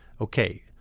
Okay